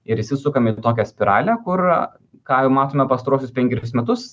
ir įsisukame į tokią spiralę kur ką jau matome pastaruosius penkerius metus